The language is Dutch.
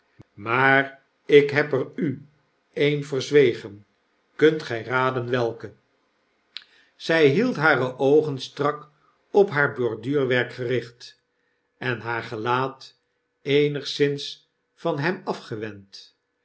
maar ik heb er u een verzwegen kunt gij raden welke zy hield hare oogen strak op haar borduurwerk gericht en haar gelaat eenigszins van hem afgewend